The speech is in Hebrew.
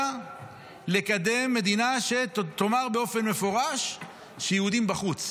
כדי לקדם מדינה שתאמר באופן מפורש שיהודים בחוץ.